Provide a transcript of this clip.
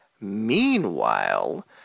Meanwhile